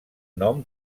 nom